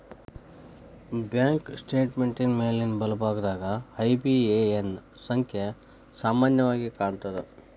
bank ಸ್ಟೇಟ್ಮೆಂಟಿನ್ ಮ್ಯಾಲಿನ್ ಬಲಭಾಗದಾಗ ಐ.ಬಿ.ಎ.ಎನ್ ಸಂಖ್ಯಾ ಸಾಮಾನ್ಯವಾಗಿ ಕಾಣ್ತದ